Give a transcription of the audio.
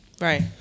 Right